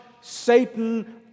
Satan